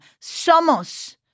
Somos